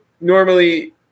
normally